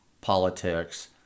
politics